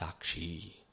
Sakshi